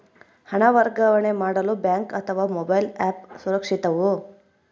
ಹಣ ವರ್ಗಾವಣೆ ಮಾಡಲು ಬ್ಯಾಂಕ್ ಅಥವಾ ಮೋಬೈಲ್ ಆ್ಯಪ್ ಸುರಕ್ಷಿತವೋ?